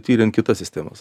tiriant kitas sistemas